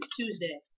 Tuesday